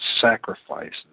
sacrifices